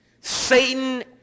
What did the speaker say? Satan